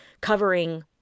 covering